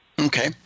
Okay